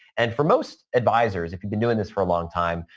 and for most advisors, if you've been doing this for a long time,